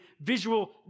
visual